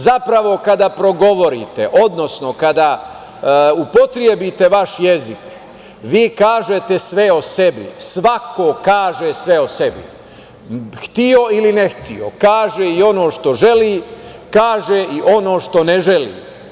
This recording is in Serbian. Zapravo, kada progovorite, odnosno kada upotrebite vaš jezik vi kažete sve o sebi, svako kaže sve o sebi, hteo ili ne hteo kaže i ono što želi, kaže i ono što ne želi.